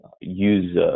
use